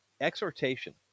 exhortation